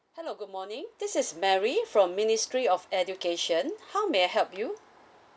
hello good morning this is mary from ministry of education how may I help you